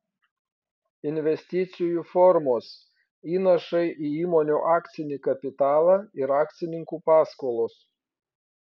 investicijų formos įnašai į įmonių akcinį kapitalą ir akcininkų paskolos